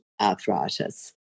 arthritis